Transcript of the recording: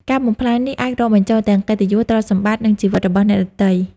ការបំផ្លាញនេះអាចរាប់បញ្ចូលទាំង កិត្តិយស ទ្រព្យសម្បត្តិ និងជីវិត របស់អ្នកដទៃ។